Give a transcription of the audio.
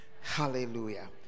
hallelujah